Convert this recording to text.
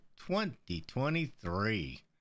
2023